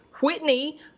Whitney